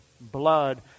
blood